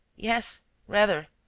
yes. rather.